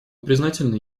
признательны